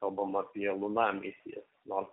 kalbama apie luna misiją nors